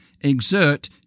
exert